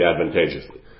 advantageously